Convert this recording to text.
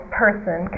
person